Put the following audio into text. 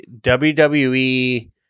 WWE